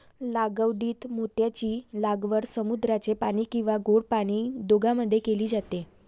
लागवडीत मोत्यांची लागवड समुद्राचे पाणी किंवा गोड पाणी दोघांमध्ये केली जाते